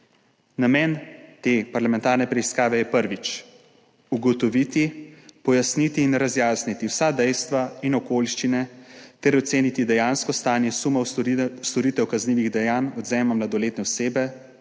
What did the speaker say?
Namen te parlamentarne preiskave je, prvič, ugotoviti, pojasniti in razjasniti vsa dejstva in okoliščine ter oceniti dejansko stanje sumov storitev kaznivih dejanj odvzema mladoletne osebe,